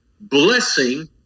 Blessing